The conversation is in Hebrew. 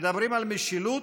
מדברים על משילות,